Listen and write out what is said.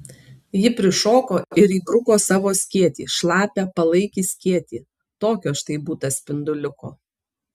ji prišoko ir įbruko savo skėtį šlapią palaikį skėtį tokio štai būta spinduliuko